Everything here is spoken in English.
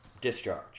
discharge